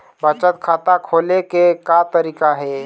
बचत खाता खोले के का तरीका हे?